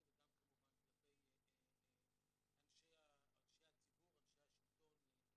חצר בית הספר וגדר בית הספר היא לא משהו שלא